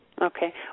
Okay